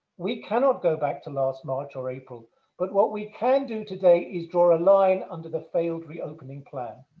we cannot go back to last march or april but what we can do today is draw a line under the failed reopening plan.